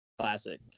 Classic